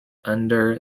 under